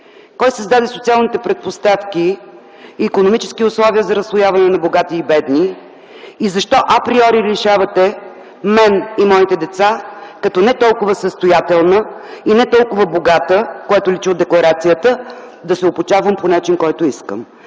Кой създаде социалните предпоставки и икономически условия за разслояване на богати и бедни? Защо априори лишавате мен и моите деца като не толкова състоятелна и не толкова богата, което личи от декларацията, да се обучавам по начин, по който искам?